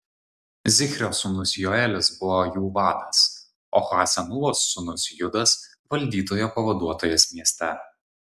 zichrio sūnus joelis buvo jų vadas o ha senūvos sūnus judas valdytojo pavaduotojas mieste